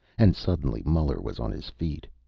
and suddenly muller was on his feet.